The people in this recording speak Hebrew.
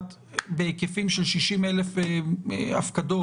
אתם מעבירים מידע שבחרו במיופה כוח אחד,